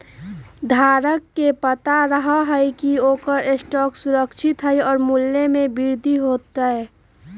धारक के पता रहा हई की ओकर स्टॉक सुरक्षित हई और मूल्य में वृद्धि होतय